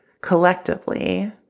collectively